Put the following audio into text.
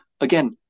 again